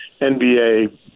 NBA